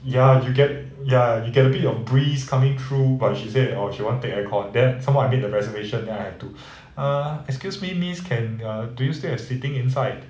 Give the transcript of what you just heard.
ya you get ya you can think of breeze coming through but she said orh she want take aircon then somewhat I made the resignation then I have to err excuse me miss can err do you still have seating inside